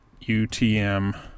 UTM